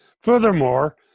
Furthermore